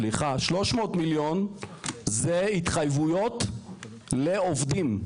סליחה, 300 מיליון זה התחייבויות לעובדים.